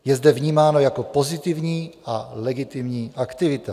Je zde vnímáno jako pozitivní a legitimní aktivita.